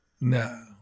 no